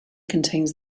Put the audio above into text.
contains